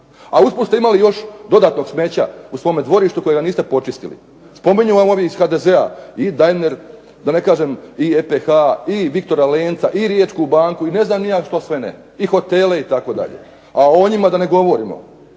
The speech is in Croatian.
a usput ste imali još dodatnog smeća u svom dvorištu kojega niste počistili. Spominju vam ovi iz HDZ-a i Daimler, da ne kažem i EPH-a i Viktora Lenca i Riječku banku i ne znam što sve ne i hotele itd. a o njima da ne govorimo,